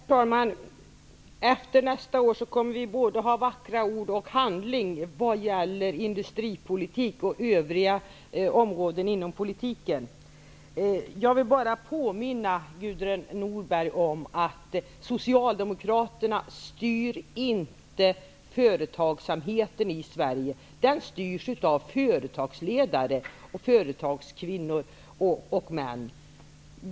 Herr talman! Efter nästa år kommer vi att kunna ta till både vackra ord och handling när det gäller industripolitik och övriga politikområden. Jag vill bara påminna Gudrun Norberg om att Socialdemokraterna inte styr företagsamheten i Sverige. Den styrs av företagsledare: företagskvinnor och företagsmän.